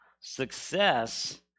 success